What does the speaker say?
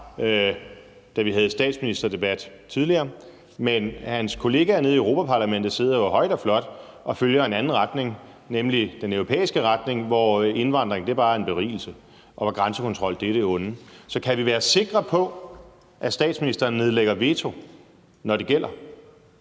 da vi havde statsministerdebat tidligere, men hans kollega nede i Europaparlamentet sidder jo højt og flot og følger en anden retning, nemlig den europæiske retning, hvor indvandring bare er en berigelse, og hvor grænsekontrol er det onde. Så kan vi være sikre på, at statsministeren nedlægger veto, når det gælder?